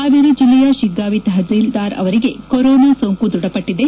ಹಾವೇರಿ ಜಿಲ್ಲೆಯ ಶಿಗ್ಗಾಂವಿ ತಹಶೀಲ್ದಾರ್ ಅವರಿಗೆ ಕೊರೊನಾ ಸೋಂಕು ದೃಢಪಟ್ಟದೆ